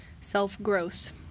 Self-growth